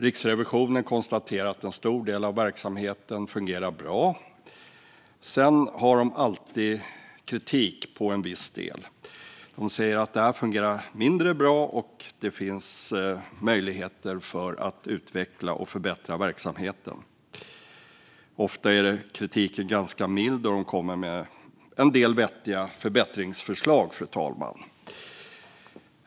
Riksrevisionen konstaterar att en stor del av verksamheten fungerar bra. Sedan har man alltid en viss del kritik. Man säger att det här fungerar mindre bra och att det finns möjligheter att utveckla och förbättra verksamheten. Ofta är kritiken ganska mild, och man kommer med en del vettiga förbättringsförslag.